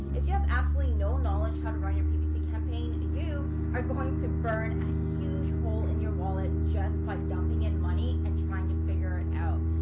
if you have absolutely no knowledge on how to run your ppc campaigns, you are going to burn a huge hole in your wallet just by dumping in money and trying to figure it out.